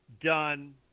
done